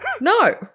no